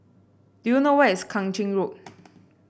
do you know where is Kang Ching Road